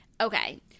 Okay